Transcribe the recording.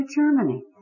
Germany